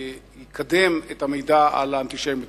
ויקדם את המידע על האנטישמיות.